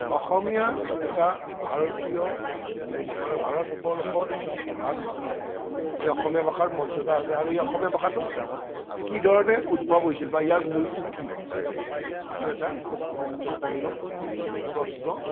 অসমীয়া এটা ভাৰতীয় মানে ভাৰতবৰ্ষৰ প্ৰধান ভাষা এই অসমীয়া ভাষাৰ মৰ্যদা আছে আৰু এই অসমীয়া ভাষাটো কি ধৰণে উদ্ভৱ হৈছিল বা ইয়াৰ মূলটো কি সেইটো এটা খুব গুৰুত্বপূৰ্ণ প্ৰশ্ন